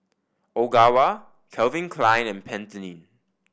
Ogawa Calvin Klein and Pantene